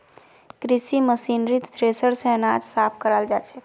कृषि मशीनरीत थ्रेसर स अनाज साफ कराल जाछेक